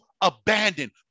abandoned